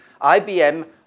IBM